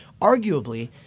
arguably